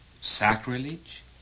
sacrilege